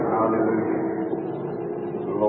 Hallelujah